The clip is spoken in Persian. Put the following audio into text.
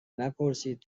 نپرسید